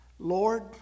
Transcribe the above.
Lord